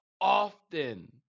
often